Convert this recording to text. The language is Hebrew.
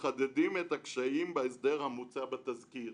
מחדדים את הקשיים בהסדר המוצע בתזכיר".